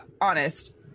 honest